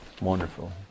wonderful